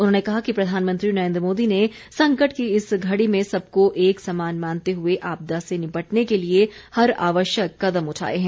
उन्होंने कहा कि प्रधानमंत्री नरेन्द्र मोदी ने संकट की इस घड़ी में सबको एक समान मानते हुए आपदा से निपटने के लिए हर आवश्यक कदम उठाए हैं